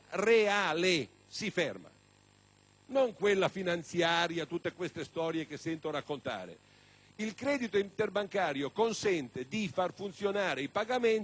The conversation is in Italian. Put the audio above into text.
non quella finanziaria come si sente raccontare. Il credito interbancario consente di far funzionare i pagamenti senza ricorrere al contante